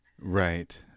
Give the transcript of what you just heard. Right